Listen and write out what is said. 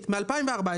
מ-2014,